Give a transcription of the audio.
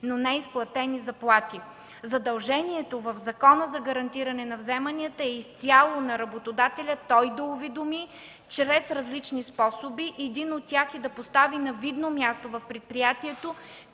но неизплатени заплати. Задължението в Закона за гарантиране на вземанията е изцяло на работодателя – той да уведоми чрез различни способи. Един от тях е да представи на видно място в предприятието,